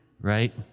right